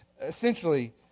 Essentially